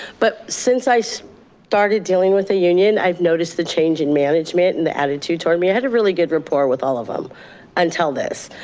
but since i so started dealing with the union, i've noticed the change in management and the attitude toward me, i had a really good rapport with all of them until this.